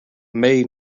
may